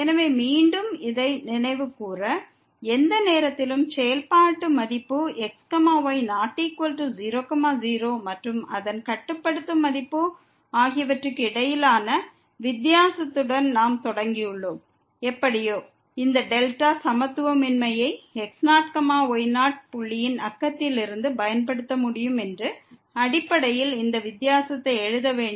எனவே மீண்டும் இதை நினைவுகூர எந்த நேரத்திலும் செயல்பாட்டு மதிப்பு x y≠0 0 மற்றும் அதன் கட்டுப்படுத்தும் மதிப்பு ஆகியவற்றுக்கு இடையிலான வித்தியாசத்துடன் நாம் தொடங்கியுள்ளோம் எப்படியோ இந்த டெல்டா சமத்துவமின்மையை x0 y0 புள்ளியின் நெய்பர்ஹுட்டில் இருந்து பயன்படுத்த முடியும் என்று அடிப்படையில் இந்த வித்தியாசத்தை எழுத வேண்டும்